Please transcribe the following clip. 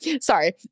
sorry